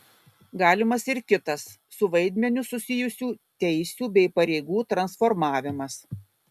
galimas ir kitas su vaidmeniu susijusių teisių bei pareigų transformavimas